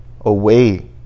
away